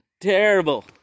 Terrible